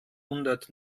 hundert